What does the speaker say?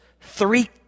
three